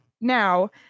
now